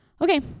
Okay